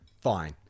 fine